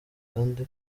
kandi